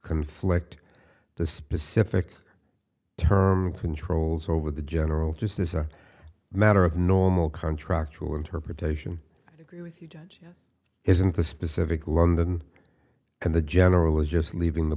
conflict the specific term controls over the general just is a matter of normal contract to interpretation agree with you judge isn't the specific london and the general is just leaving the